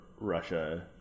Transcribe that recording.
Russia